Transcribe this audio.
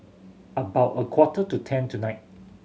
about a quarter to ten tonight